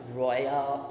royal